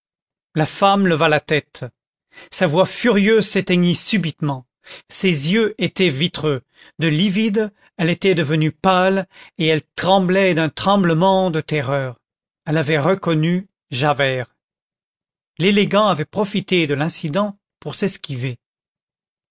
la femme leva la tête sa voix furieuse s'éteignit subitement ses yeux étaient vitreux de livide elle était devenue pâle et elle tremblait d'un tremblement de terreur elle avait reconnu javert l'élégant avait profité de l'incident pour